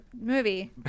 movie